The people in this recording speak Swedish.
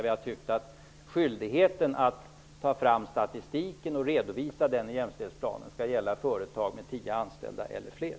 Vi tycker att skydligheten att ta fram statistik och redovisa den i jämställdhetsplanen skall gälla företag med tio anställda eller fler.